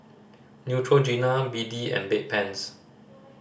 Neutrogena B D and Bedpans